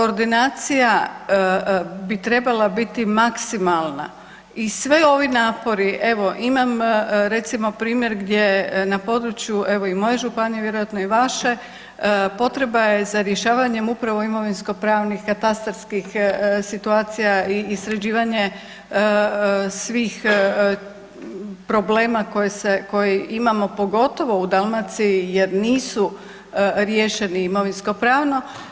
Koordinacija bi trebala biti maksimalna i sve ovi napori, evo imam recimo npr. gdje na području evo i moje županije, a vjerojatno i vaše potreba je za rješavanjem upravo imovinsko-pravnih katastarskih situacija i sređivanje svih problema koje imamo pogotovo u Dalmaciji jer nisu riješeni imovinsko pravno.